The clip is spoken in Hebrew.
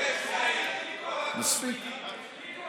מספיק.